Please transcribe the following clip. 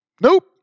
Nope